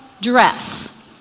dress